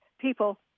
people